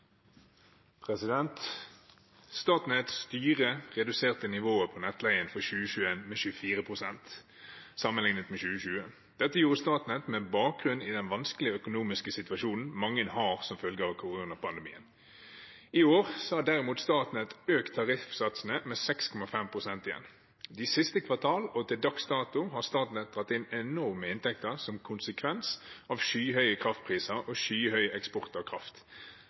reduserte nivået på nettleien for 2021 med 24 pst. sammenlignet med 2020. Dette gjorde Statnett med bakgrunn i den vanskelige økonomiske situasjonen?mange har?som følge av koronapandemien. ?I år har derimot Statnett økt tariffsatsene med 6,5 pst. igjen. De siste kvartal og til dags dato har Statnett dratt inn enorme inntekter som konsekvens av skyhøye kraftpriser og skyhøy eksport av kraft.